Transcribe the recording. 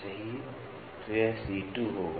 तो यह C 2 होगा